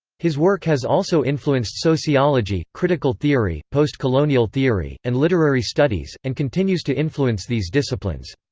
his work has also influenced sociology, critical theory, post-colonial theory, and literary studies, and continues to influence these disciplines.